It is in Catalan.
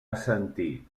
assentir